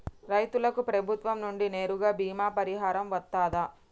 రైతులకు ప్రభుత్వం నుండి నేరుగా బీమా పరిహారం వత్తదా?